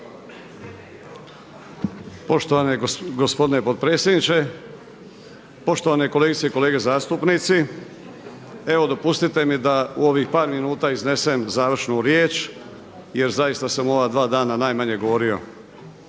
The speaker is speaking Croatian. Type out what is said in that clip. Poštovani gospodine potpredsjedniče, poštovane kolegice i kolege zastupnici. Evo dopustite mi da u ovih par minuta iznesem završnu riječ jer zaista sam u ova dva dana najmanje govorio.